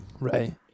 right